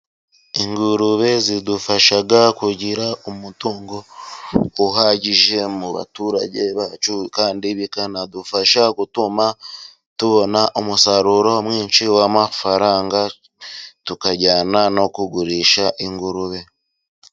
Ingurube zidufasha kugira umutungo uhagije mu baturage bacu, kandi bikanadufasha gutuma tubona umusaruro mwinshi w'amafaranga, tukajyana no kugurisha ingurube.